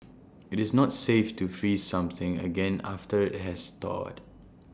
IT is not safe to freeze something again after IT has thawed